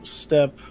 step